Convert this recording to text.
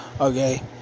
Okay